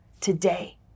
today